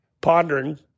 pondering